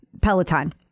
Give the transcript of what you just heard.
Peloton